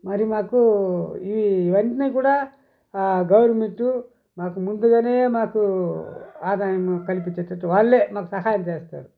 మరి మాకు ఈ వెంటనే కూడా గవర్నమెంట్ మాకు ముందుగానే మాకు ఆదాయం కల్పించేటట్లు వాళ్లే మాకు సహాయం చేస్తారు